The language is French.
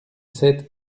cède